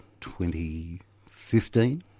2015